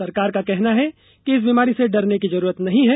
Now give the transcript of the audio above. सरकार का कहना है कि इस बीमारी से डरने की जरूरत नहीं है